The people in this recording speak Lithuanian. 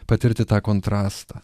patirti tą kontrastą